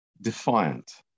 defiant